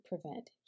prevent